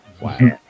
wow